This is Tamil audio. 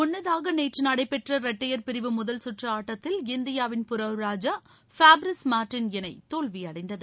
முன்னதாக நேற்று நடைபெற்ற இரட்டையர் பிரிவு முதற்கற்று ஆட்டத்தில் இந்தியாவின் புரவ் ராஜா ஃபேப்ரிஸ் மாா்டின் இணை தோல்வி அடைந்தது